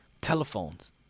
telephones